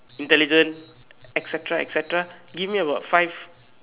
intelligent et-cetera et-cetera give me about five